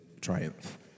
triumph